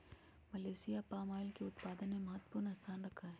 Malaysia palm oil के उत्पादन में महत्वपूर्ण स्थान रखा हई